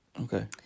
okay